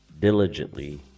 diligently